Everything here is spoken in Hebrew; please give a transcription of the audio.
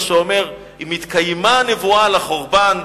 שאומר: אם התקיימה הנבואה על החורבן,